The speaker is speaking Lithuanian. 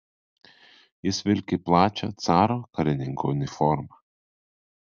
jis vilki plačia caro karininko uniforma